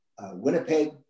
Winnipeg